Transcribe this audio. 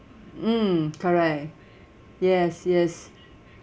mm correct yes yes